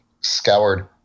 scoured